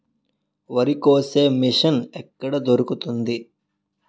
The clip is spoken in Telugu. వరి కోసే మిషన్ ఎక్కడ దొరుకుతుంది?